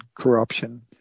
corruption